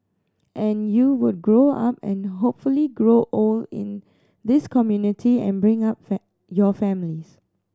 and you would grow up and hopefully grow old in this community and bring up your families